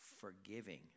forgiving